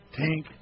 tink